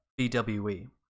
BWE